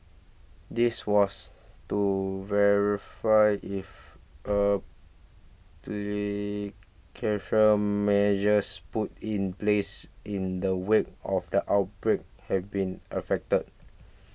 this was to verify if pre measures put in place in the wake of the outbreak have been effective